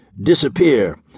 disappear